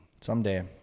someday